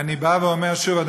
אני בא וחוזר שוב,